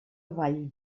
avall